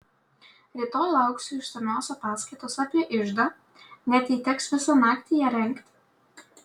rytoj lauksiu išsamios ataskaitos apie iždą net jei teks visą naktį ją rengti